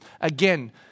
again